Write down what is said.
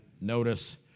notice